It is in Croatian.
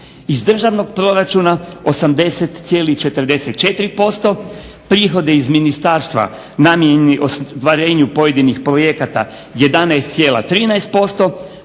iz državnog proračuna 80,44% prihodi iz ministarstva namijenjeni ostvarenju pojedinih projekata 11,13%,